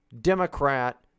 Democrat